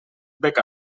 bec